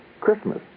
Christmas